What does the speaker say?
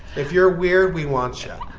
if you're weird, we want you.